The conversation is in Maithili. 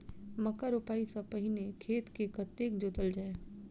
मक्का रोपाइ सँ पहिने खेत केँ कतेक जोतल जाए?